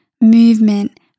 movement